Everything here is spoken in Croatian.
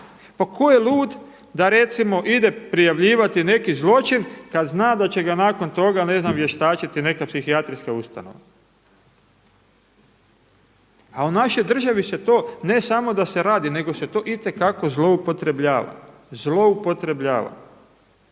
Pa tko je lud da recimo ide prijavljivati neki zločin kad zna da će ga nakon toga ne znam vještačiti neka psihijatrijska ustanova? A u našoj državi se to, ne samo da se radi, nego se to itekako zloupotrebljava. Evo imamo